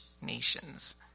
nations